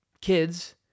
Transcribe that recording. kids